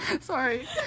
Sorry